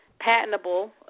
patentable